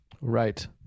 Right